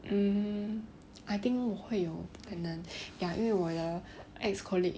um I think 我会有可能 ya 因为我的 ex colleague